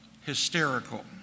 hysterical